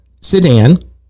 sedan